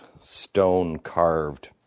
stone-carved